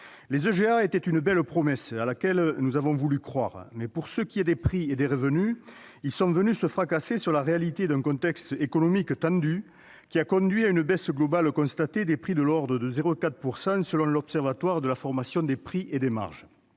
étaient une belle promesse à laquelle nous avons voulu croire ! Mais pour ce qui est des prix et des revenus, ils sont venus se fracasser sur la réalité d'un contexte économique tendu qui a conduit à une baisse globale constatée des prix de l'ordre de 0,4 % selon l'Observatoire de la formation des prix et des marges.